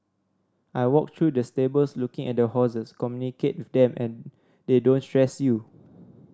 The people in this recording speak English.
I walk through the stables looking at the horses communicate with them and they don't stress you